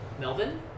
Melvin